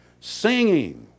singing